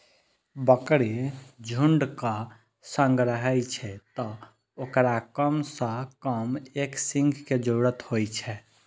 बकरी झुंडक संग रहै छै, तें ओकरा कम सं कम एक संगी के जरूरत होइ छै